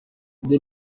indi